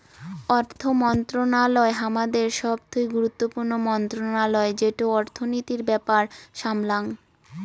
অর্থ মন্ত্রণালয় হামাদের সবথুই গুরুত্বপূর্ণ মন্ত্রণালয় যেটো অর্থনীতির ব্যাপার সামলাঙ